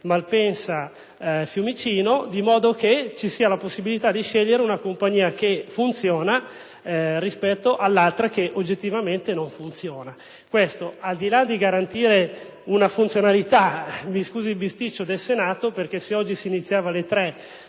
Malpensa e Fiumicino. In tal modo, sarà possibile scegliere una compagnia che funziona, rispetto all'altra che oggettivamente non funziona. Questo, al di là di garantire una funzionalità - mi scusi il bisticcio - del Senato (se oggi si fosse iniziato alle ore